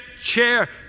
chair